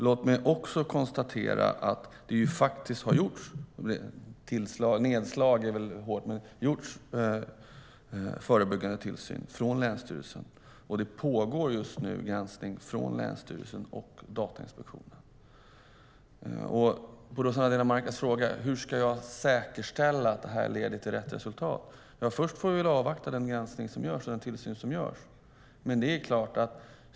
Låt mig också konstatera att det faktiskt har förekommit förebyggande tillsyn - nedslag låter kanske för hårt - från länsstyrelsen och att en granskning från länsstyrelsen och Datainspektionen just nu pågår. Som svar på Rossana Dinamarcas fråga hur jag ska säkerställa att det här leder till rätt resultat kan jag säga att vi väl först får avvakta den granskning och tillsyn som görs.